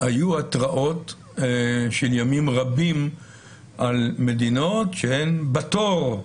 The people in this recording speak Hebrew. היו התרעות של ימים רבים על מדינות שהן בתור,